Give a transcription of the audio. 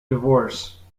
divorce